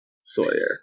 Sawyer